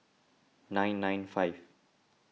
nine nine five